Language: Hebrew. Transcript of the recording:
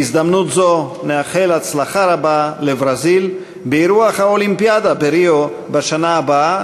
בהזדמנות זו נאחל הצלחה רבה לברזיל באירוח האולימפיאדה בריו בשנה הבאה.